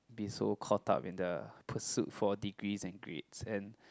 be so caught up in the pursuit for degrees and grades and